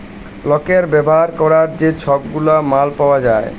লকের ব্যাভার ক্যরার যে ছব গুলা মাল পাউয়া যায়